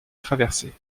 traversées